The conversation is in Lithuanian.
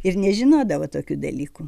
ir nežinodavo tokių dalykų